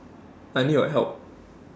I need your help